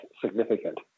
significant